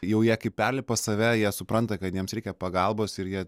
jau jie kai perlipa save jie supranta kad jiems reikia pagalbos ir jie